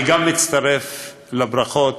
אני גם מצטרף לברכות,